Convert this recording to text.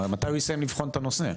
מתי הוא יסיים לבחון את הנושא?